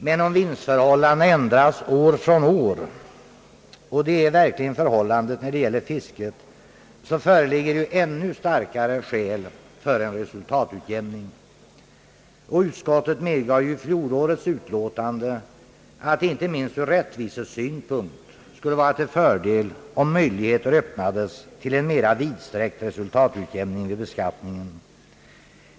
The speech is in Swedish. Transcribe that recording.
Men om vinstförhållandena ändras år från år — och det är verkligen fallet inom fisket — föreligger ju ännu starkare skäl för en resultatutjämning. Utskottet medgav också i fjolårets utlåtande, att det inte minst ur rättvisesynpunkt skulle vara till fördel, om möjligheter öppnades till en mera vidsträckt resultatutjämning vid beskattningen.